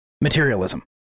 materialism